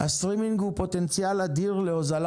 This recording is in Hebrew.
הסטרימינג הוא פוטנציאל אדיר להוזלה